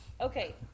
Okay